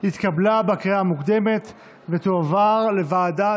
התקבלה בקריאה המוקדמת ותועבר לוועדה,